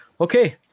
Okay